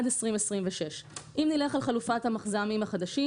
עד 2026. אם נלך על חלופת המחז"מים החדשים